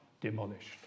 demolished